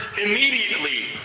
immediately